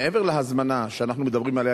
מעבר להזמנה שאנחנו מדברים עליה,